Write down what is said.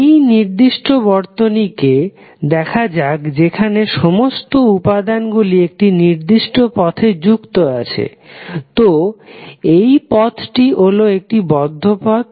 এই নির্দিষ্ট বর্তনীকে দেখা যাক যেখানে সমস্ত উপাদান গুলি একটি নির্দিষ্ট পথে যুক্ত আছে তো এই পথটি হলো একটি বদ্ধ পথ